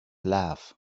love